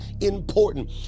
important